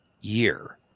year